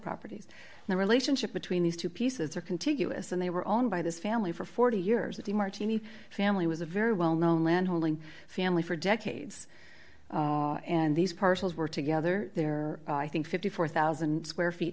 properties the relationship between these two pieces are contiguous and they were owned by this family for forty years at the martini family was a very well known landholding family for decades and these parcels were together there i think fifty four thousand square feet